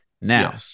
Now